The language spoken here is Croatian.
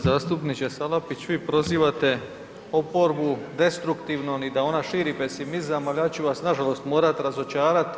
Uvaženi zastupniče Salapić, vi prozivate oporbu destruktivnom i da ona širi pesimizam, al ja ću vas nažalost morat razočarat.